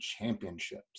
championships